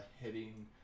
hitting